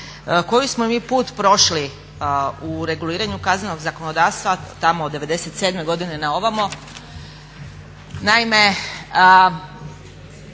koji smo mi put prošli u reguliranju kaznenog zakonodavstva tamo od '97.godine na ovamo.